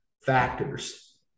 factors